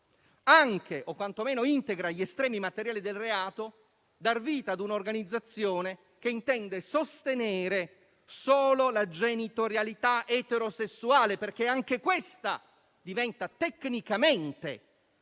reato o quantomeno integra gli estremi materiali del reato il dar vita ad un'organizzazione che intende sostenere solo la genitorialità eterosessuale, perché anche questa diventa tecnicamente